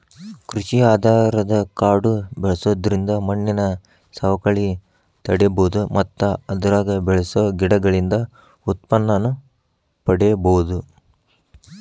ಕೃಷಿ ಆಧಾರದ ಕಾಡು ಬೆಳ್ಸೋದ್ರಿಂದ ಮಣ್ಣಿನ ಸವಕಳಿ ತಡೇಬೋದು ಮತ್ತ ಅದ್ರಾಗ ಬೆಳಸೋ ಗಿಡಗಳಿಂದ ಉತ್ಪನ್ನನೂ ಪಡೇಬೋದು